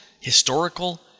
historical